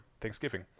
thanksgiving